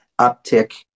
uptick